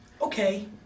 okay